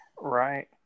Right